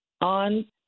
On